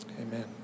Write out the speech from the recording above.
Amen